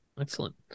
Excellent